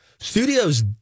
studios